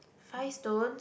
five stones